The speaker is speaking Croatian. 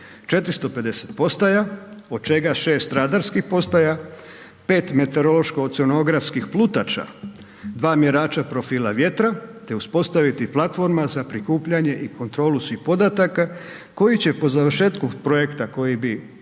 450 postaja od čega 6 radarskih postaja, 5 meteorološko oceanografskih plutača, 2 mjeraća profila vjetra te uspostaviti platforma za prikupljanje i kontrolu svih podataka koji će po završetku projekta koji bi okvirno